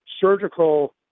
surgical